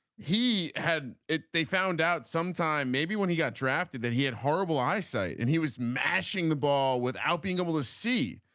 he had it they found out sometime maybe when he got drafted that he had horrible eyesight. and he was mashing the ball without being able to see.